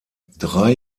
drei